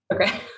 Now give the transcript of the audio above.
Okay